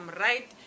right